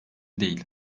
değil